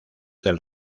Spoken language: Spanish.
del